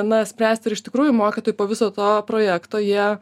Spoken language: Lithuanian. na spręsti ir iš tikrųjų mokytojai po viso to projekto jie